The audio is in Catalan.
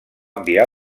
enviar